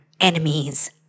enemies